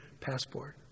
passport